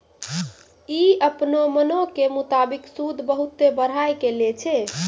इ अपनो मनो के मुताबिक सूद बहुते बढ़ाय के लै छै